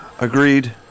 Agreed